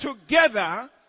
together